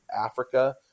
Africa